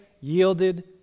yielded